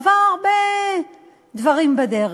עבר הרבה דברים בדרך,